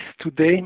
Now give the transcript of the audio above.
today